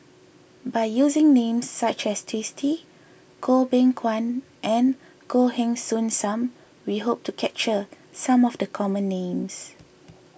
by using names such as Twisstii Goh Beng Kwan and Goh Heng Soon Sam we hope to capture some of the common names